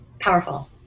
Powerful